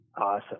Awesome